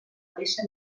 peça